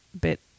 bit